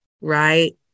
right